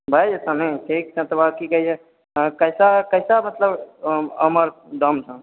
भए जेतए ने ठीक छै तकरबाद की कहै छै कैसा कैसा मतलब आम अर दाम छऽ